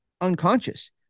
unconscious